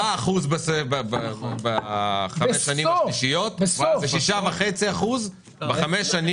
7 אחוזים בחמש שנים השלישיות ו-6.5 אחוזים בחמש השנים